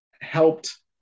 helped